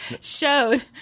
showed